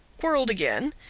quarrelled again,